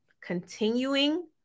continuing